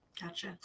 Gotcha